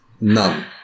None